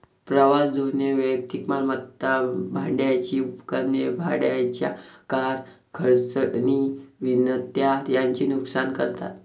प्रवास धोरणे वैयक्तिक मालमत्ता, भाड्याची उपकरणे, भाड्याच्या कार, खंडणी विनंत्या यांचे नुकसान करतात